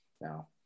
now